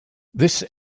this